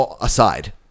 Aside